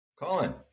Colin